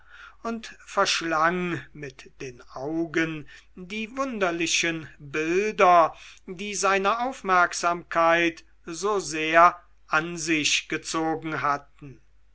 und verschlang mit den augen die wunderlichen bilder die seine aufmerksamkeit so sehr an sich gezogen hatten